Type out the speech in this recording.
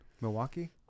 Milwaukee